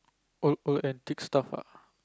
old old antique stuff ah